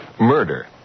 murder